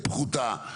פחותה,